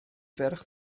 ferch